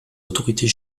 autorités